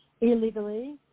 illegally